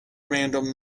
random